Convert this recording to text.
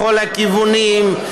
לכל הכיוונים,